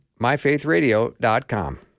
MyFaithRadio.com